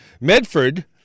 Medford